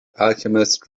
alchemist